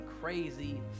crazy